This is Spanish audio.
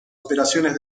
operaciones